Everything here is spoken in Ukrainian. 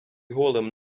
голим